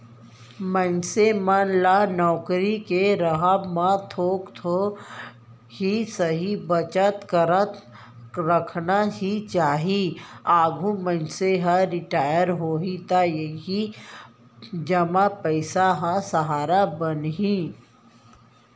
मनसे मन ल नउकरी के राहब म थोक थोक ही सही बचत करत रखना ही चाही, आघु मनसे ह रिटायर होही त इही जमा पइसा ह सहारा बनही